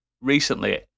recently